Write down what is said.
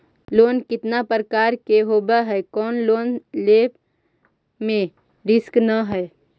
Loan कितना प्रकार के होबा है कोन लोन लेब में रिस्क न है?